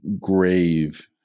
grave